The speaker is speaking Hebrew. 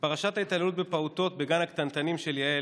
בפרשת ההתעללות בפעוטות בגן הקטנטנים של יעל